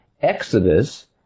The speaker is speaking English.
Exodus